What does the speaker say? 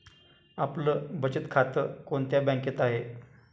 आपलं बचत खातं कोणत्या बँकेत आहे?